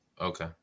Okay